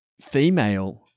female